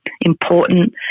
important